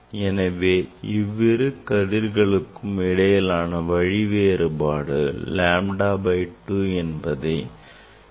எனவே இவ்விரு கதிர்களுக்கும் இடையிலான வழி வேறுபாடு lambda by 2 என்பதை நீங்களே நன்கு அறிவீர்கள்